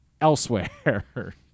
elsewhere